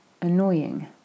annoying